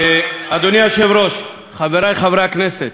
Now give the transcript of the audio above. אדוני היושב-ראש, חברי חברי הכנסת,